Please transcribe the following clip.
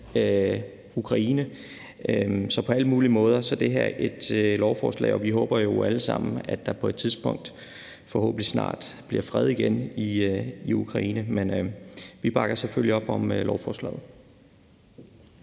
Ukraine. Så på alle mulige måder er det her et godt lovforslag, og vi håber jo alle sammen, at der på et tidspunkt, forhåbentlig snart, bliver fred igen i Ukraine. Men vi bakker selvfølgelig op om lovforslaget.